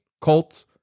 Colts